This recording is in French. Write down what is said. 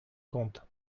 compte